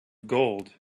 gold